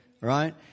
right